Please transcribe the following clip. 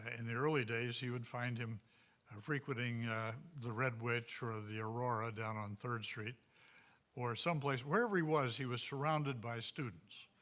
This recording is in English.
and the early days, you would find him frequenting the red witch or ah the aurora down on third street or someplace. wherever he was, he was surrounded by students.